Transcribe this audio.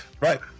Right